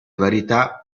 varietà